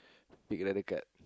you got another card